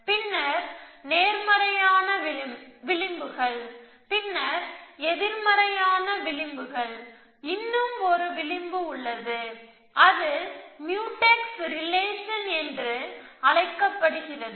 பின்னர் நேர்மறையான விளிம்புகள் எதிர்மறையான விளிம்புகள் இன்னும் ஒரு விளிம்பு உள்ளது இது முயூடெக்ஸ் ரிலேஷன் என்று அழைக்கப்படுகிறது